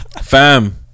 Fam